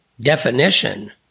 definition